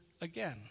again